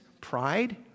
pride